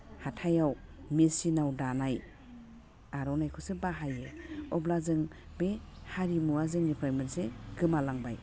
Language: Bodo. हाथाइयाव मिचिनाव दानाय आर'नाइखौसो बाहायो अब्ला जों बे हारिमुवा जोंनिफ्राय मोनसे गोमालांबाय